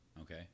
Okay